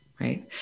right